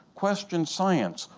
question science.